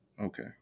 Okay